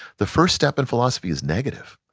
the first step in philosophy is negative,